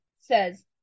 says